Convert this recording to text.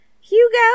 Hugo